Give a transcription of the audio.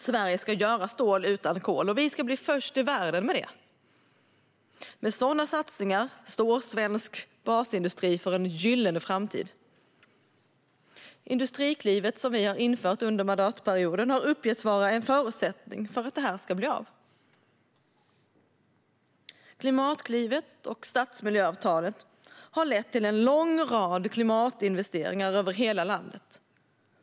Sverige ska göra stål utan kol. Och vi ska bli först i världen med det. Med sådana satsningar står svensk basindustri för en gyllene framtid. Industriklivet, som vi har infört under mandatperioden, har uppgetts vara en förutsättning för att det här ska bli av. Klimatklivet och stadsmiljöavtalen har lett till en lång rad klimatinvesteringar över hela landet.